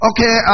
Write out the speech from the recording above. Okay